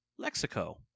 Lexico